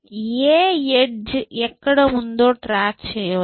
ఏ edge ఎక్కడ ఉందో track చేయవచ్చు